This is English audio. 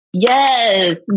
Yes